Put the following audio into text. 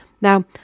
Now